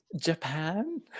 Japan